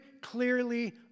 clearly